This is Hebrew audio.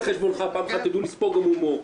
פעם אחת תדעו גם לספוג הומור.